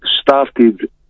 started